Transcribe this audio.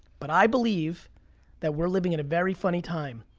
but i believe that we're living in a very funny time,